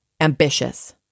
ambitious